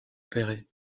opéré